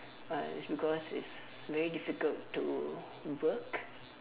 uh it's because it's very difficult to work